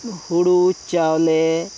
ᱦᱳᱲᱳ ᱪᱟᱣᱞᱮ